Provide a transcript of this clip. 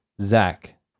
Zach